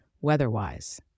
weather-wise